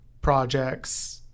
projects